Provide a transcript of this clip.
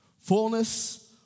Fullness